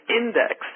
index